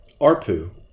ARPU